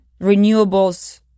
renewables